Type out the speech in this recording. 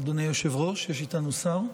אדוני היושב-ראש, יש איתנו שר?